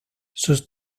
sus